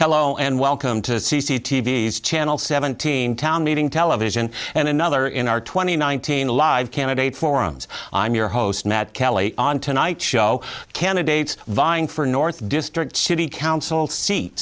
hello and welcome to c c t v s channel seventeen town meeting television and another in our twenty nineteen live candidate forums i'm your host matt kelly on tonight show candidates vying for north district city council seat